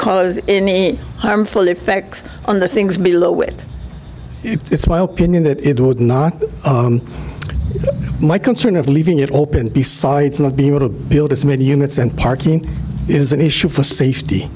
cause any harmful effects on the things below it it's my opinion that it would not my concern of leaving it open besides not being able to build as many units and parking is an issue for